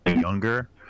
younger